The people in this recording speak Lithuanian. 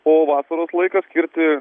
o vasaros laiką skirti